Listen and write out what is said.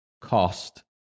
cost